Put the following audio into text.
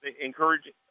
encouraging